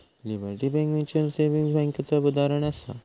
liberty bank mutual saving बैंकेचा उदाहरणं आसा